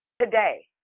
Today